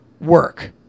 work